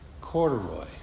corduroy